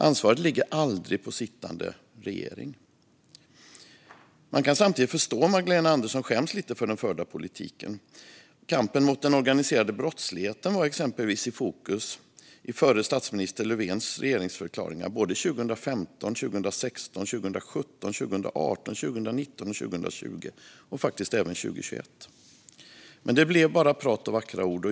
Ansvaret ligger aldrig på sittande regering. Man kan samtidigt förstå om Magdalena Andersson skäms lite för den förda politiken. Kampen mot den organiserade brottsligheten var exempelvis i fokus i den förre statsministern Löfvens regeringsförklaringar både 2015, 2016, 2017, 2018, 2019 och 2020 och faktiskt även 2021. Men det blev bara prat och vackra ord.